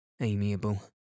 amiable